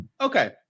okay